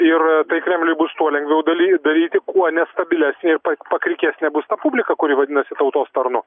ir tai kremliui bus tuo lengviau daly daryti kuo nestabilesnę ir pa pakrikesnė bus ta publika kuri vadinasi tautos tarnu